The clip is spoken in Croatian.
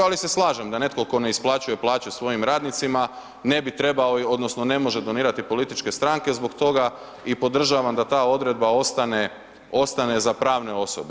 Ali se slažem da netko tko ne isplaćuje plaće svojim radnicima ne bi trebao odnosno ne može donirati političke stranke, zbog toga i podržavam da ta odredba ostane za pravne osobe.